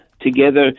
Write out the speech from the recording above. together